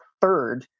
third